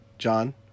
John